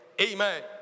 Amen